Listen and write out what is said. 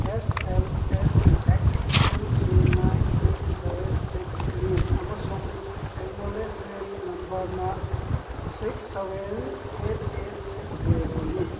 ꯑꯦꯁ L S X two three nine six seven ꯁꯤꯛꯁꯅꯤ ꯑꯃꯁꯨꯡ acknowledgement ꯅꯝꯕꯔꯅ six seven eight eight six ꯖꯦꯔꯣꯅꯤ